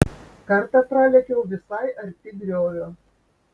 kartą pralėkiau visai arti griovio